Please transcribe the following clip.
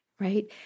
right